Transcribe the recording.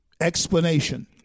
explanation